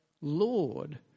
Lord